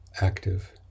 active